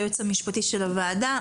היועץ המשפטי של הוועדה,